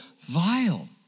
vile